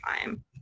time